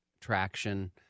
traction